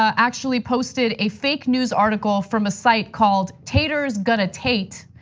actually posted a fake news article from a site called taters gonna tate.